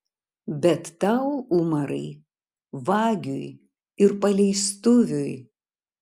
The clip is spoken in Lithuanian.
bet tau umarai vagiui ir paleistuviui